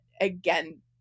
again